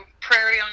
prairie